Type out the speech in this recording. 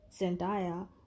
Zendaya